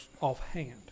offhand